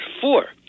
four